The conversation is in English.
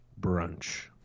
brunch